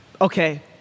Okay